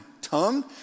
tongue